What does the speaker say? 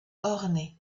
ornée